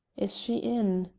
is she in?